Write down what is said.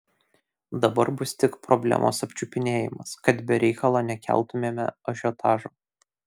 dabar bus tik problemos apčiupinėjimas kad be reikalo nekeltumėme ažiotažo